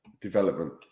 development